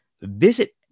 Visit